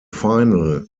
final